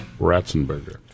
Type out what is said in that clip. Ratzenberger